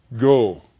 Go